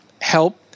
help